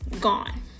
gone